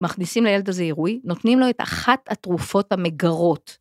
מכניסים לילד הזה עירוי, נותנים לו את אחת התרופות המגרות.